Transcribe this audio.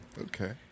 Okay